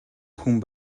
хүн